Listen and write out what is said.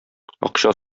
акча